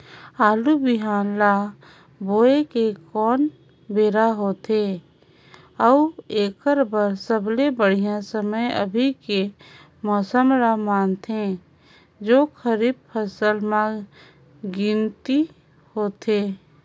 आलू बिहान ल बोये के कोन बेरा होथे अउ एकर बर सबले बढ़िया समय अभी के मौसम ल मानथें जो खरीफ फसल म गिनती होथै?